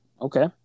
Okay